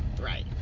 Right